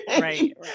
Right